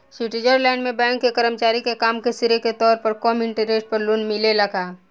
Switzerland में bank के कर्मचारी के काम के श्रेय के तौर पर कम इंटरेस्ट पर लोन मिलेला का?